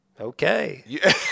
Okay